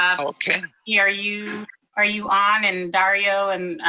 um okay. yeah are you are you on, and dario, and